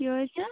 কী হয়েছে